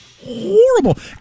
horrible